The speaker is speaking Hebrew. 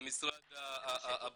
--- למשרד הבריאות.